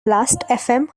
lastfm